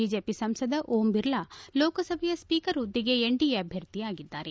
BJP ಸಂಸದ ಓಂ ಬಿರ್ಲಾ ಲೋಕಸಭೆಯ speaker ಹುದ್ಲೆಗೆ ಎನ್ಡಿಎ ಅಭ್ಯರ್ಥಿಯಾಗಿದ್ದಾರೆ